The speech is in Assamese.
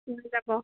যাব